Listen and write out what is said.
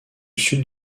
sud